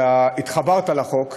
אלא התחברת לחוק.